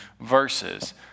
verses